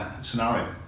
scenario